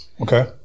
Okay